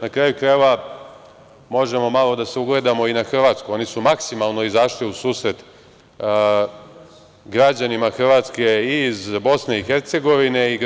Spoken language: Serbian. Na kraju krajeva, možemo malo da se ugledamo i na Hrvatsku, oni su maksimalno izašli u susret građanima Hrvatske i iz Bosne i Hercegovine i